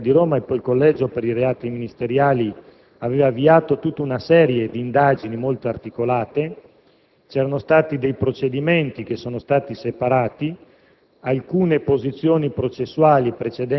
più ampia: prima la procura della Repubblica di Roma e poi il Collegio per i reati ministeriali avevano avviato tutta una serie di indagini molto articolate. Alcuni procedimenti sono stati separati